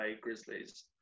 Grizzlies